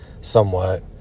somewhat